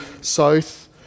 south